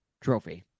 trophy